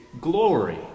glory